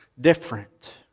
different